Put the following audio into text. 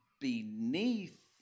beneath